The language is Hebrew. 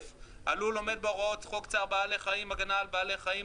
הלול עומד בהוראות חוק צער בעלי חיים (הגנה על בעלי חיים),